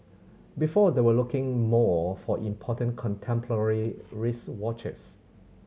before they were looking more for important contemporary wristwatches